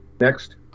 Next